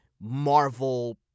Marvel